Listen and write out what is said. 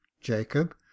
jacob